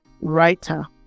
writer